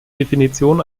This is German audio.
definition